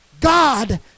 God